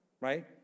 Right